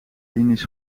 linies